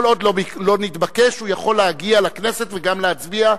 כל עוד לא נתבקש הוא יכול להגיע לכנסת וגם להצביע,